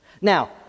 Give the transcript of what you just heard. Now